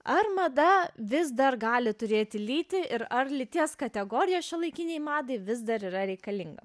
ar mada vis dar gali turėti lytį ir ar lyties kategorija šiuolaikinei madai vis dar yra reikalinga